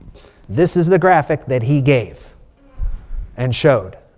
this is the graphic that he gave and showed.